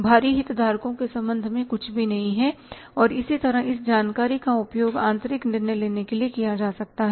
बाहरी हितधारकों के संबंध में कुछ भी नहीं है और इसी तरह इस जानकारी का उपयोग आंतरिक निर्णय लेने के लिए किया जा सकता है